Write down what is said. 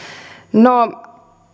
no